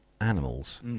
animals